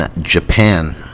Japan